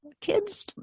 kids